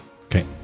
Okay